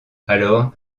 alors